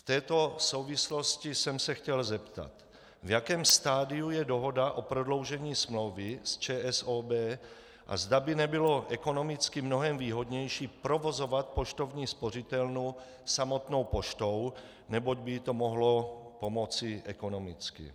V této souvislosti jsem se chtěl zeptat, v jakém stadiu je dohoda o prodloužení smlouvy s ČSOB a zda by nebylo ekonomicky mnohem výhodnější provozovat poštovní spořitelnu samotnou poštou, neboť by jí to mohlo pomoci ekonomicky.